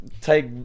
take